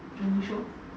I'm sure